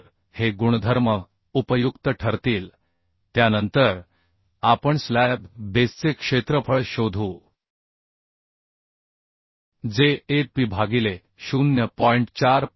तर हे गुणधर्म उपयुक्त ठरतील त्यानंतर आपण स्लॅब बेसचे क्षेत्रफळ शोधू जे a p भागिले 0